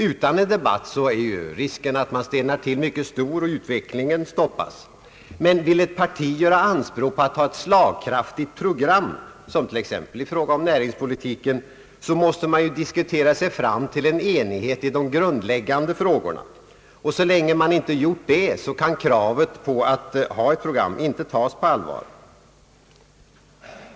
Utan en debatt är risken att man stelnar till mycket stor, och utvecklingen stoppas då. Men vill ett parti göra anspråk på att ha ett slagkraftigt program, som t.ex. i fråga om näringspolitiken, så måste man ju diskutera sig fram till enighet i de grundläggande frågorna. Så länge man inte gjort det, kan kravet på att ha ett program inte tas på allvar.